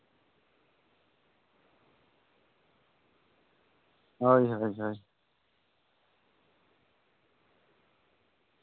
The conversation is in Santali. ᱦᱳᱭ ᱦᱳᱭ ᱦᱳᱭ